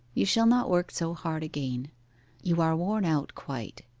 you shall not work so hard again you are worn out quite.